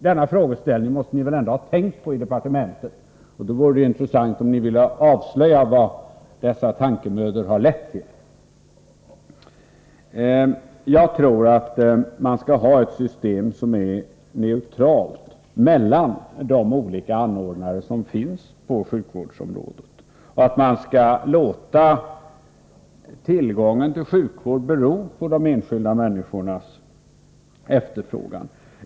Denna frågeställning måste ni väl ändå ha tänkt på i departementet, och då vore det intressant om ni ville avslöja vad dessa tankemödor har lett till. Jag tror att man skall ha ett system som är neutralt mellan de olika anordnarna på sjukvårdsområdet och att man skall låta tillgången på sjukvård bestämmas av de enskilda människornas efterfrågan.